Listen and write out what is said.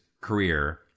career